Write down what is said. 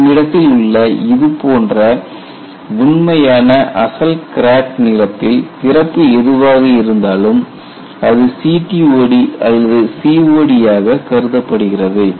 நம்மிடத்தில் உள்ள இது போன்ற உண்மையான அசல் கிராக் நீளத்தில் திறப்பு எதுவாக இருந்தாலும் அது CTOD அல்லது COD ஆக கருதப்படுகிறது